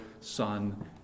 Son